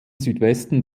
südwesten